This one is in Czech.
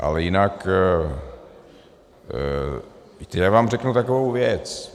Ale jinak, víte, já vám řeknu takovou věc.